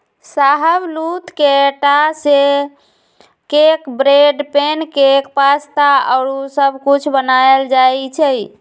शाहबलूत के टा से cake, bread, pancake, pasta आउरो सब कुछ बनायल जाइ छइ